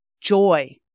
joy